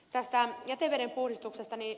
tästä jätevedenpuhdistuksesta